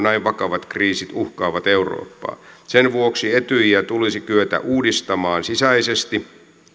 näin vakavat kriisit uhkaavat eurooppaa sen vuoksi etyjiä tulisi kyetä uudistamaan sisäisesti